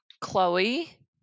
Chloe